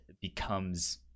becomes